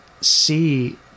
see